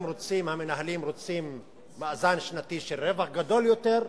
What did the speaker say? המנהלים רוצים מאזן שנתי של רווח גדול יותר,